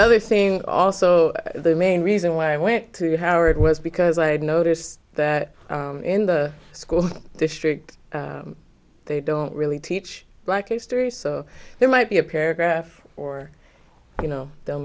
other thing also the main reason why i went to howard was because i had noticed that in the school district they don't really teach like a story so there might be a paragraph or you know they'll